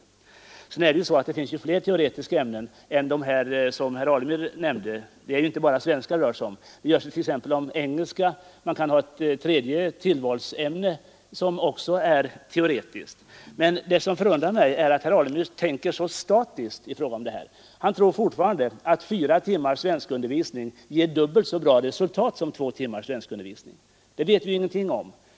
Vidare finns det på gymnasieskolans yrkeslinjer också fler teoretiska ämnen än dem som herr Alemyr nämnde. Det rör sig således inte bara om undervisningen i svenska, utan det gäller också engelska och ett teoretiskt tillvalsämne. Men det som förundrar mig mest är att herr Alemyr tänker så statiskt. Han tror fortfarande att fyra timmars svenskundervisning ger dubbelt så bra resultat som två timmars undervisning i samma ämne. Detta vet vi ingenting om.